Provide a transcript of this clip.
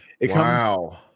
Wow